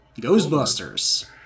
Ghostbusters